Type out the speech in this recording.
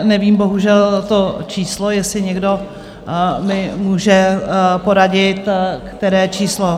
Nevím bohužel to číslo, jestli někdo mi může poradit, které číslo...